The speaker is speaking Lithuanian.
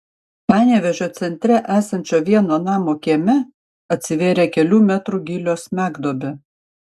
panevėžio centre esančio vieno namo kieme atsivėrė kelių metrų gylio smegduobė